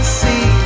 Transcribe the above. see